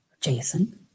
Jason